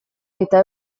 eta